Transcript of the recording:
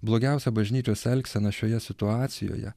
blogiausia bažnyčios elgsena šioje situacijoje